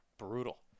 Brutal